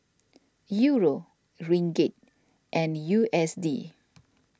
Euro Ringgit and U S D